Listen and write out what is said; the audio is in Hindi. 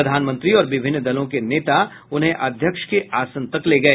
प्रधानमंत्री और विभिन्न दलों के नेता उन्हें अध्यक्ष के आसन तक ले गए